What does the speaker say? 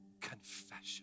confession